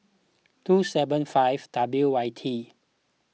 two seven five W Y T